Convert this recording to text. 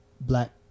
black